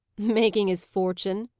making his fortune.